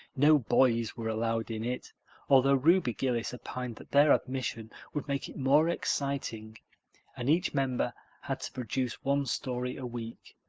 no boys were allowed in it although ruby gillis opined that their admission would make it more exciting and each member had to produce one story a week.